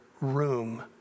room